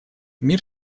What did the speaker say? мир